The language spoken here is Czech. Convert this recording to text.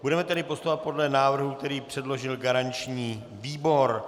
Budeme tedy postupovat podle návrhu, který předložil garanční výbor.